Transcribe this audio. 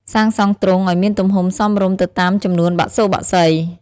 សាងសង់ទ្រុងឲ្យមានទំហំសមរម្យទៅតាមចំនួនបសុបក្សី។